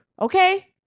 Okay